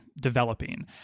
developing